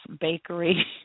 bakery